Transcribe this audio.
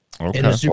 Okay